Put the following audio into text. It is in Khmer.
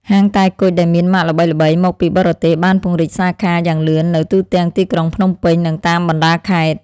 ហាងតែគុជដែលមានម៉ាកល្បីៗមកពីបរទេសបានពង្រីកសាខាយ៉ាងលឿននៅទូទាំងទីក្រុងភ្នំពេញនិងតាមបណ្តាខេត្ត។